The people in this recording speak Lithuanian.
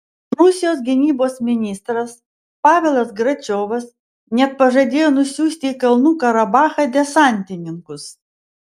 rusijos gynybos ministras pavelas gračiovas net pažadėjo nusiųsti į kalnų karabachą desantininkus